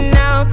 now